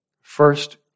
First